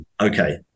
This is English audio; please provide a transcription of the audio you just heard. Okay